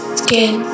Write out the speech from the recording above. skin